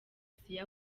siyo